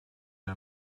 her